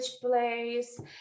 place